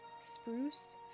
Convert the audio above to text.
Spruce